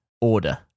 order